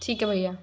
ठीक है भैया